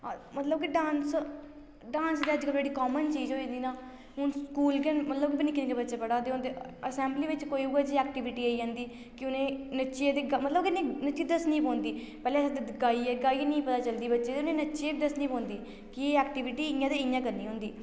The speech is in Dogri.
मतलब कि डांस डांस ते अज्जकल बड़ी कामन चीज़ होई गेदी ना हून तुस स्कूल गै मतलब निक्के निक्के बच्चे पढ़ा दे होंदे असेंबली बेच्च कोई ऊ'ऐ जेही ऐक्टिविटी आई जंदी कि उनेंगी नच्चियै ते गा मतलब कि उनेंई नच्चियै दस्सनी पौंदी पैह्ले अहें गाइए गाइए नी पता चलदी बच्चे गी ते उनें नच्चियै बी दस्सनी पौंदी कि एह् ऐक्टिविटी इयां ते इयां करनी होंदी